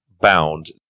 bound